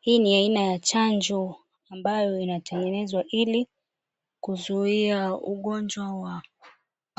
Hii ni aina ya chanjo ambayo inatengeneza ili kuzuia ugonjwa wa